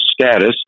status